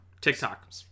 tiktok